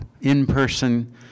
in-person